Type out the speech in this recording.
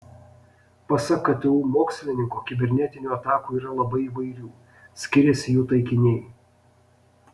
pasak ktu mokslininko kibernetinių atakų yra labai įvairių skiriasi jų taikiniai